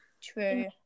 True